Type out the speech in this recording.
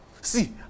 see